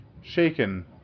shaken